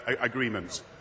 agreements